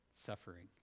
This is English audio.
suffering